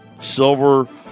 Silver